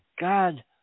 God